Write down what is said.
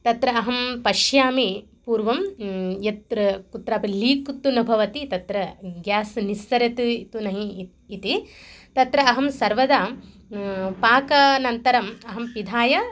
तत्र अहं पश्यामि पूर्वं यत्र कुत्रापि लीक् तु न भवति तत्र गास् निस्सरति तु न हि इति तत्र अहं सर्वदा पाकानन्तरम् अहं पिधाय